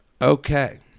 okay